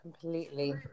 completely